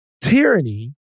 tyranny